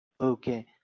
Okay